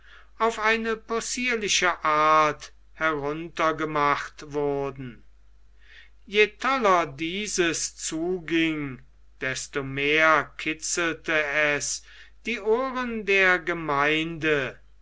auf eine possierliche art heruntergemacht wurden je toller dieses zuging desto mehr kitzelte es die ohren der gemeinde